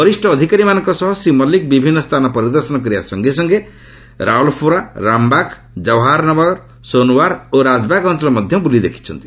ବରିଷ୍ଠ ଅଧିକାରୀମାନଙ୍କ ସହ ଶ୍ରୀ ମଲ୍ଟିକ୍ ବିଭିନ୍ନ ସ୍ଥାନ ପରିଦର୍ଶନ କରିବା ସଙ୍ଗେ ସଙ୍ଗେ ରାୱାଲ୍ପୋରା ରାମବାଗ୍ କୱାହର୍ ନଗର ସୋନ୍ୱାର୍ ଓ ରାଜବାଗ୍ ଅଞ୍ଚଳ ମଧ୍ୟ ବୁଲି ଦେଖିଛନ୍ତି